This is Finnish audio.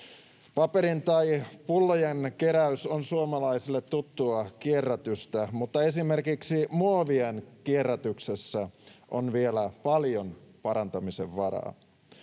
Paperin- tai pullojen keräys on suomalaiselle tuttua kierrätystä, mutta esimerkiksi muovien kierrätyksessä on vielä paljon parantamisen varaa.